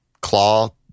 claw